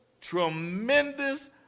tremendous